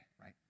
right